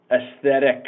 aesthetic